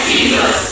Jesus